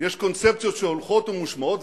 יש קונספציות שהולכות ומושמעות,